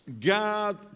God